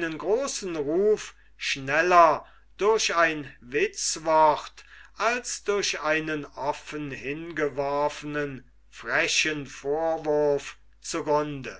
großen ruf schneller durch ein witzwort als durch einen offen hingeworfenen frechen vorwurf zu grunde